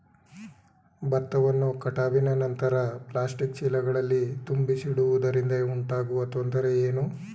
ಭತ್ತವನ್ನು ಕಟಾವಿನ ನಂತರ ಪ್ಲಾಸ್ಟಿಕ್ ಚೀಲಗಳಲ್ಲಿ ತುಂಬಿಸಿಡುವುದರಿಂದ ಉಂಟಾಗುವ ತೊಂದರೆ ಏನು?